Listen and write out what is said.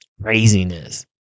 craziness